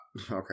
okay